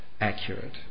accurate